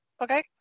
okay